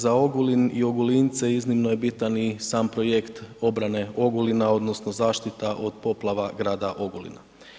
Za Ogulin i Ogulince iznimno je bitan i sam projekt obrane Ogulina odnosno zaštita od poplava grada Ogulina.